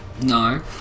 no